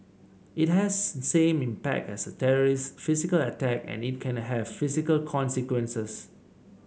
it has same impact as a terrorist's physical attack and it can have physical consequences